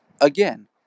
again